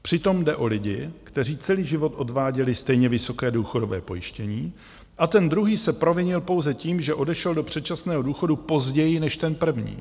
Přitom jde o lidi, kteří celý život odváděli stejně vysoké důchodové pojištění a ten druhý se provinil pouze tím, že odešel do předčasného důchodu později než ten první.